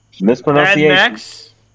Mispronunciation